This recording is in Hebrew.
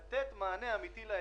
צריך לתת מענה אמיתי לאתגרים.